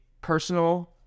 personal